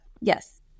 yes